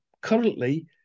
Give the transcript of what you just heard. currently